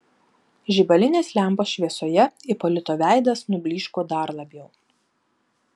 žibalinės lempos šviesoje ipolito veidas nublyško dar labiau